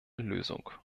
lösung